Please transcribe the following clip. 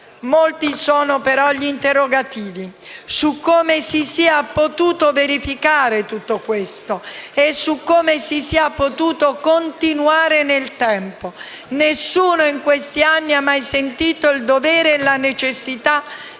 Molti sono però gli interrogativi su come si sia potuto verificare tutto questo e su come sia potuto continuare nel tempo. Nessuno in questi anni ha sentito mai il dovere e la necessità